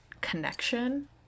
connection